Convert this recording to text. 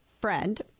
friend